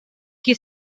qui